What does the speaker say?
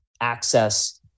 access